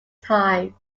time